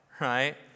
right